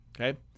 okay